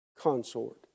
Consort